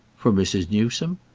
for mrs. newsome?